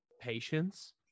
patience